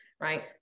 right